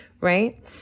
right